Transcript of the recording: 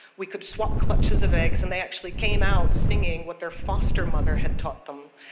we could swap clutches of eggs, and they actually came out singing what their foster mother had taught them.